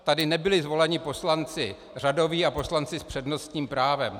Tady nebyli zvoleni poslanci řadoví a poslanci s přednostním právem.